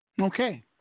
okay